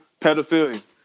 pedophilia